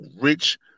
rich